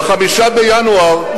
ב-5 בינואר,